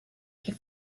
que